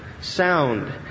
Sound